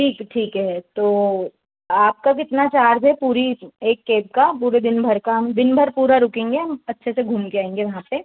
ठीक ठीक है तो आपका कितना चार्ज है पूरी एक केब का पूरे दिन भर का हम दिन भर पूरा रुकेंगे अच्छे से घूम कर आएंगे वहाँ पर